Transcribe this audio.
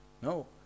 No